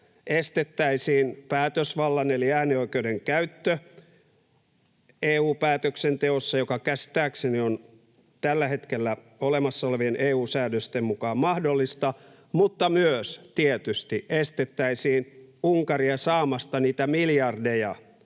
estettäisiin päätösvallan eli äänioikeuden käyttö EU-päätöksenteossa, joka käsittääkseni on tällä hetkellä olemassa olevien EU-säädösten mukaan mahdollista, mutta myös tietysti estettäisiin Unkaria saamasta niitä miljardeja